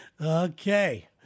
Okay